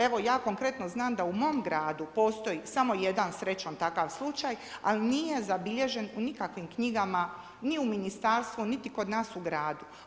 Evo, ja konkretno znam da u mom gradu postoji samo jedan, srećom, takav slučaj, ali nije zabilježen u nikakvim knjigama ni u ministarstvu, niti kod nas u gradu.